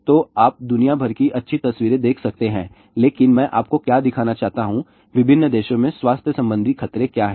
तो आप दुनिया भर की अच्छी तस्वीरें देख सकते हैं लेकिन मैं आपको क्या दिखाना चाहता हूं विभिन्न देशों में स्वास्थ्य संबंधी खतरे क्या हैं